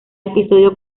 episodio